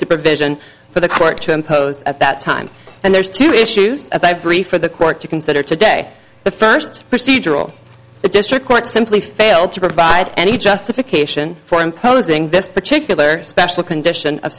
supervision for the court to impose at that time and there's two issues as i brief for the court to consider today the first procedural the district court simply failed to provide any justification for imposing this particular special condition of